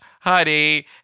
honey